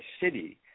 city